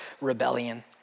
rebellion